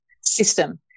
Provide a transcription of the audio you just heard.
system